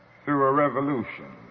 through a revolution.